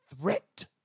Threat